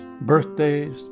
birthdays